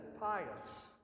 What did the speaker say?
pious